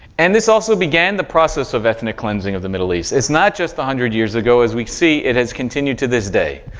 and this also began the process of ethnic cleansing of the middle east. it's not just one hundred years ago. as we see, it has continued to this day.